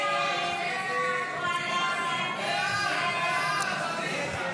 הסתייגות 21 לא נתקבלה.